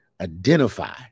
identify